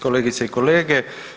Kolegice i kolege.